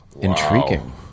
Intriguing